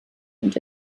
und